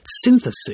synthesis